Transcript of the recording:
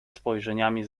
spojrzeniami